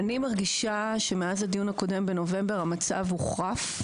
אני מרגישה שמאז הדיון הקודם בנובמבר המצב הוחרף.